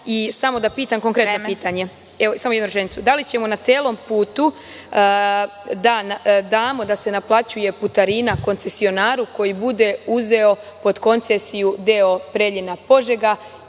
mi da pitam konkretno pitanje - da li ćemo na celom putu da damo da se naplaćuje putarina koncesionaru koji bude uzeo pod koncesiju deo Preljina-Požega